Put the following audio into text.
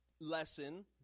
lesson